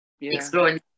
exploring